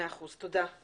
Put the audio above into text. אוקיי, תודה רבה.